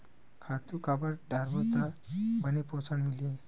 खातु काबर डारबो त बने पोषण मिलही?